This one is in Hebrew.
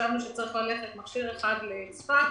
חשבנו שמכשיר אחד צריך ללכת לצפת,